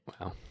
wow